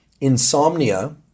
Insomnia